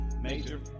Major